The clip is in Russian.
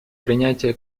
принятия